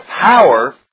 power